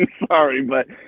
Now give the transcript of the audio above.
sorry, but,